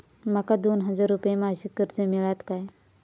माका दोन हजार रुपये मासिक कर्ज मिळात काय?